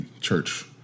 church